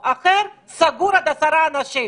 אחר שהוא סגור לקבוצה של עד עשרה אנשים